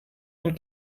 und